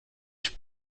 ich